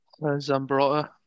Zambrotta